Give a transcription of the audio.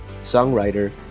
songwriter